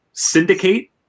syndicate